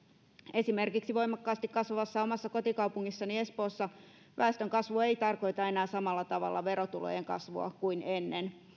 esimerkiksi voimakkaasti kasvavassa omassa kotikaupungissani espoossa väestönkasvu ei tarkoita enää samalla tavalla verotulojen kasvua kuin ennen